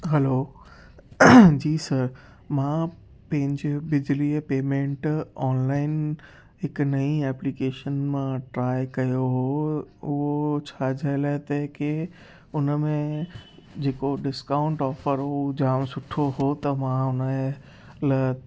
हलो जी सर मां पंहिंजे बिजलीअ पेमेंट ऑनलाइन हिकु नई एप्लीकेशन मां ट्राए कयो हुओ उहो छाजे लाइ त कि हुन में जेको डिस्काउंट ऑफर हुओ जाम सुठो हो त मां हुनजे लाइ